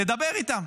תדבר איתם.